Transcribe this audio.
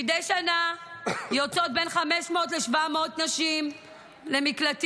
מדי שנה יוצאות בין 500 ל-700 נשים למקלטים.